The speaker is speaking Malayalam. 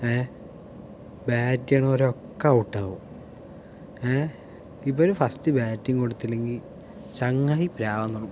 ബാറ്റ് ചെയ്യണവരൊക്ക ഔട്ട് ആവും ഇവന് ഫസ്റ്റ് ബാറ്റിംഗ് കൊടുത്തില്ലെങ്കിൽ ചങ്ങായി പ്രാകാൻ തുടങ്ങും